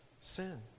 sin